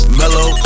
mellow